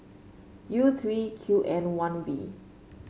U three Q N one V